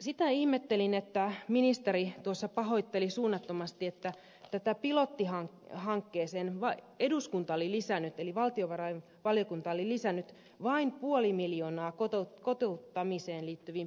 sitä ihmettelin että ministeri tuossa pahoitteli suunnattomasti että pilottihankkeeseen eduskunta eli valtiovarainvaliokunta oli lisännyt vain puoli miljoonaa kotouttamiseen liittyviin pilottihankkeisiin